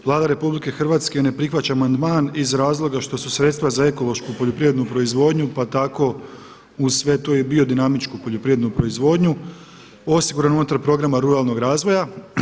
Vlada RH ne prihvaća amandman iz razloga što su sredstva za ekološku poljoprivrednu proizvodnju pa tako uz sve to i biodinamičku poljoprivrednu proizvodnju, osigurano je unutar program Ruralnog razvoja.